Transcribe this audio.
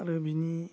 आरो बिनि